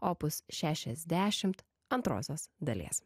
opus šešiasdešimt antrosios dalies